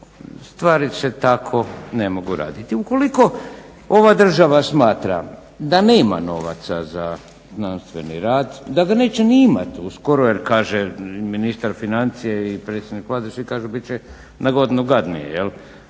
Stvari se tako ne mogu raditi. Ukoliko ova država smatra da nema novaca za znanstveni rad, da ga neće ni imati uskoro jer kaže ministar financija i predstavnik Vlade, svi kažu bit će na godinu gadnije, a